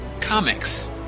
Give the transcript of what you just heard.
comics